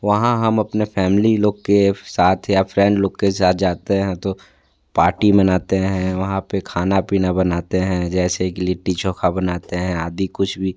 वहाँ हम अपने फ़ैमिली लोग के साथ या फ्रेंड लोग के साथ जाते हैं तो पार्टी मानते हैं वहाँ पे खाना पीना बनाते हैं जैसे के लिट्टी चौखा बनाते हैं आदि कुछ भी